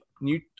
new